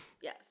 Yes